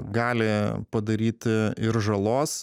gali padaryti ir žalos